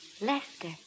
Lester